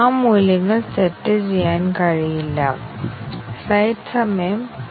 ഈ വളരെ ചെറിയ പ്രോഗ്രാം ഈ രണ്ടുപേരുടെയും വാക്ക് ശരിയാണെന്ന് ഞങ്ങൾക്കറിയാം